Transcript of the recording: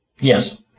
Yes